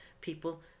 people